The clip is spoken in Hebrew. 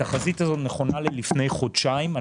התחזית הזאת נכונה לתקופה לפני חודשיים.